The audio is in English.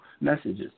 messages